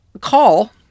call